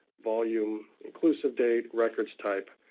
volume inclusive date, records type,